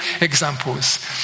examples